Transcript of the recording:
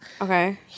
Okay